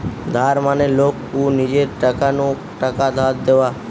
ধার মানে লোক কু নিজের টাকা নু টাকা ধার দেওয়া